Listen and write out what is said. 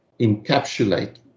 encapsulate